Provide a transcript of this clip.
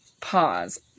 pause